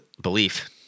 belief